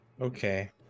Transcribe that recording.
Okay